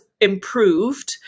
improved